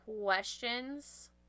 questions